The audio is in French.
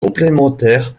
complémentaires